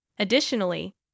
Additionally